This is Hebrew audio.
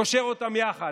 קושר אותם יחד,